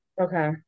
Okay